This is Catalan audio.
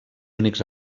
únics